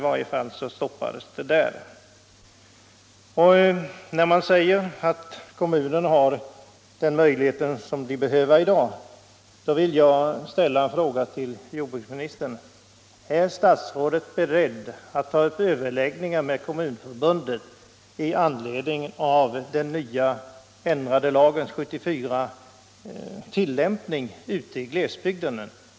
När jordbruksministern framhåller att kommunerna i dag har den möjlighet de behöver att anpassa hämtningen av avfall till de lokala förhållandena vill jag fråga honom: Är statsrådet beredd att ta upp överläggningar med Kommunförbundet beträffande tillämpningen i glesbygderna av den år 1974 ändrade lagen?